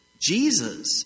Jesus